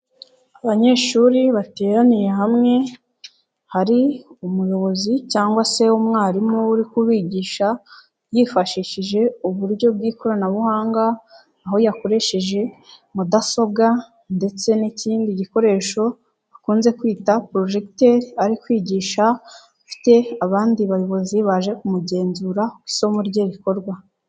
Abanyeshuri bateraniye hamwe, hari umuyobozi cyangwa se umwarimu uri kubigisha, yifashishije uburyo bw'ikoranabuhanga, aho yakoresheje mudasobwa ndetse n'ikindi gikoresho bakunze kwita porojegiteri, ari kwigisha afite abandi bayobozi baje kumugenzura, uko isomo rye rikorwa.